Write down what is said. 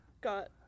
Got